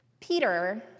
Peter